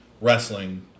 wrestling